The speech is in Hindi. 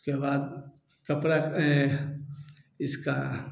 उसके बाद कपड़ा इसका